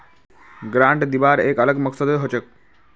grant दिबार एक अलग मकसदो हछेक